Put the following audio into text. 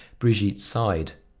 brigitte sighed.